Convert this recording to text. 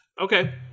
Okay